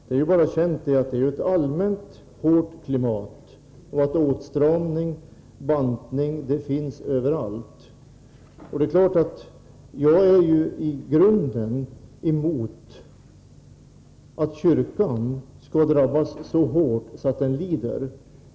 Men det är känt att vi nu har ett allmänt hårt klimat och att åtstramning och bantning förekommer överallt. I grunden är jag emot att kyrkan skall drabbas så hårt att den lider.